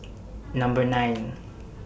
Number nine